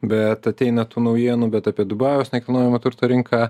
bet ateina tų naujienų bet apie dubajaus nekilnojamo turto rinką